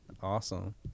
Awesome